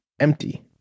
empty